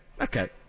Okay